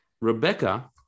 Rebecca